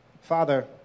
Father